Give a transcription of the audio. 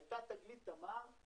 הייתה תגלית תמר.